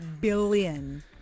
billion